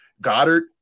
Goddard